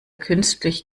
künstlich